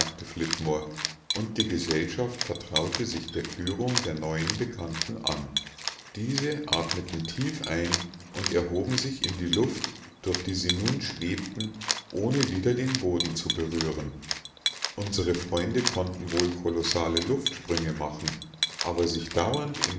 und die gesellschaft vertraute sich der führung der neuen bekannten an diese atmeten tief ein und erhoben sich in die luft durch die sie nun schwebten ohne wieder den boden zu berühren unsre freunde konnten wohl kolossale luftsprünge machen aber sich dauernd